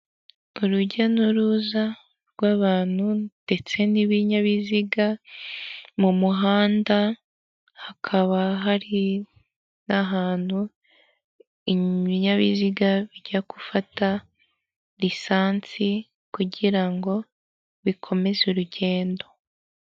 Urujya n'uruza rw'abantu ndetse n'ibinyabiziga mu muhanda, hakaba hari n'ahantu ibinyabiziga bijya gufata lisansi kugirango bikomeze urugendo.